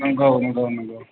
नंगौ नंगौ नंगौ